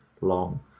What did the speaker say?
long